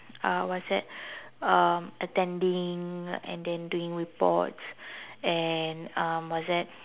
uh what's that um attending and then doing reports and um what's that